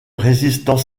résistant